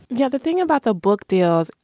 yeah the thing about the book deals,